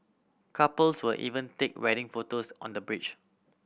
couples would even take wedding photos on the bridge